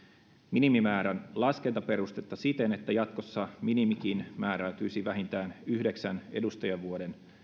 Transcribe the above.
minimimäärän laskentaperustetta siten että jatkossa minimikin määräytyisi vähintään yhdeksän edustajanvuoden